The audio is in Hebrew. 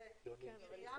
שזה עירייה,